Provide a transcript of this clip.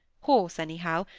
horse, anyhow,